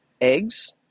Eggs